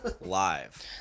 Live